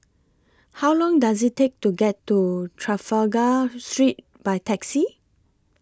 How Long Does IT Take to get to Trafalgar Street By Taxi